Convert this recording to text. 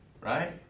right